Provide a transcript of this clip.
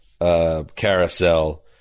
carousel